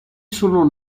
sono